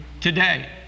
today